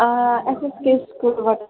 SSK स्कुलबाट